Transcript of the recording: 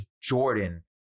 Jordan